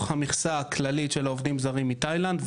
המכסה הכללית של העובדים הזרים מתאילנד,